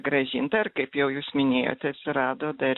grąžinta ir kaip jau jūs minėjot atsirado dar